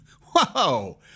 whoa